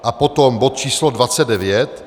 A potom bod číslo 29.